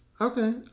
Okay